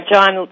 John